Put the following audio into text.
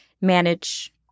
manage